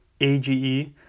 AGE